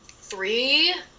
three